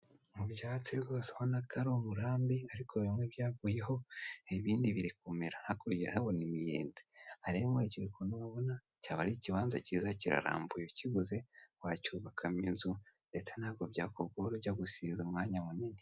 Mu byatsi rwose ubona ko ari uburambe, ariko bimwe byavuyeho ibindi biri kumera. Hakurya urahabona imiyenzi aha rero nkurikije ukuntu mpabona, cyaba ari ikibanza cyiza kirarambuye, ukiguze wacyubakamo inzu ndetse ntabwo byakugora ujya gusiza umwanya munini.